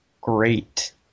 great